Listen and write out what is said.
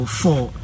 four